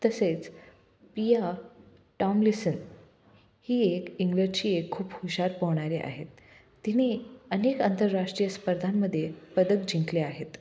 तसेच Pia Tomlinson ही एक इंग्लडची एक खूप हुशार पोहणारे आहेत तिने अनेक आंतरराष्ट्रीय स्पर्धांमध्ये पदक जिंकले आहेत